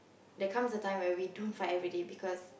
there comes a time when we don't fight every day because